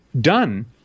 done